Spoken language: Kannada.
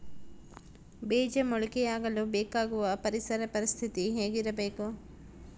ಬೇಜ ಮೊಳಕೆಯಾಗಲು ಬೇಕಾಗುವ ಪರಿಸರ ಪರಿಸ್ಥಿತಿ ಹೇಗಿರಬೇಕು?